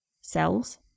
Cells